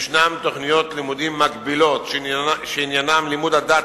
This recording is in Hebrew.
יש תוכניות לימודים מקבילות שעניינן לימוד הדת,